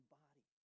body